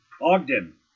Ogden